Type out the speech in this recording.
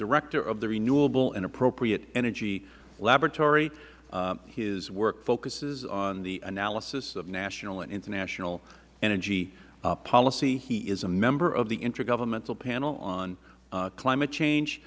director of the renewable and appropriate energy laboratory his work focuses on the analysis of national and international energy policy he is a member of the intergovernmental panel on climate